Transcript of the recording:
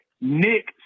Nick